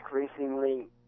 increasingly